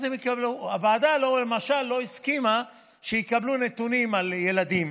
הוועדה לא הסכימה, למשל, שיקבלו נתונים על ילדים